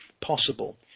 possible